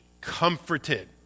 comforted